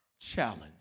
challenge